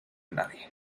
nadie